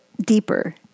deeper